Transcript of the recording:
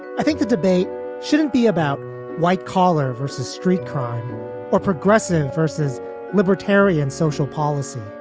i think the debate shouldn't be about white collar versus street crime or progressive versus libertarian social policy.